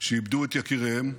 שאיבדו את יקיריהם,